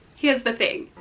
here's the thing,